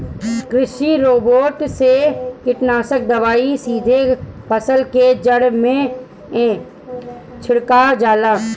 कृषि रोबोट से कीटनाशक दवाई सीधे फसल के जड़ में छिड़का जाला